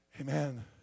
Amen